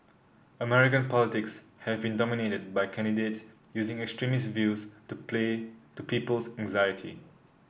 American politics have in dominated by candidates using extremist views to play to people's anxiety